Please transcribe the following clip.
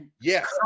Yes